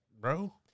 bro